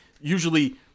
usually